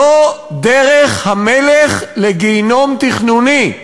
זו דרך המלך לגיהינום תכנוני,